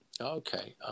Okay